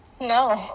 No